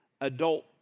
adult